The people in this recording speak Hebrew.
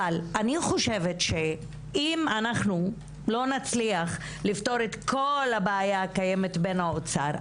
אבל אני חושבת שאם אנחנו לא נצליח לפתור את כל הבעיה הקיימת בין האוצר,